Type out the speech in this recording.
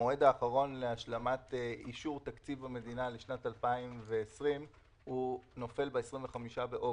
המועד האחרון להשלמת אישור תקציב המדינה לשנת 2020 נופל ב-25 באוגוסט,